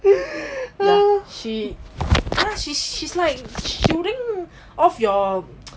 ya she ya she's she's like shielding off your